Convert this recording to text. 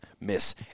miss